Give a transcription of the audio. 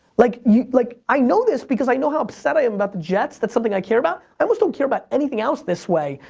like yeah like i know this because i know how upset i am about the jets, that's something i care about. i almost don't care about anything else this way,